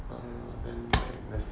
err and that's